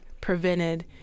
prevented